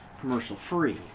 commercial-free